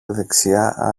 δεξιά